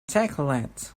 decollete